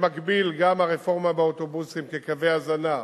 במקביל, גם הרפורמה באוטובוסים כקווי הזנה,